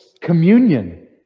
Communion